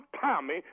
Tommy